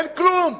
אין כלום.